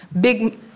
Big